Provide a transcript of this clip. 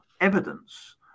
evidence